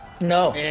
No